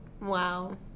wow